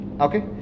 okay